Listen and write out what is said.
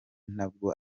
ntabwo